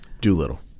Doolittle